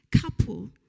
couple